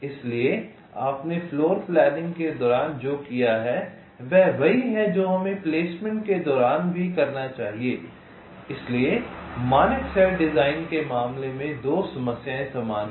इसलिए आपने फ्लोरप्लानिंग के दौरान जो किया है वह वही है जो हमें प्लेसमेंट के दौरान भी होना चाहिए इसलिए मानक सेल डिजाइन के मामले में दो समस्याएं समान हैं